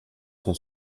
sont